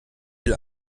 viel